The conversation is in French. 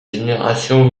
générations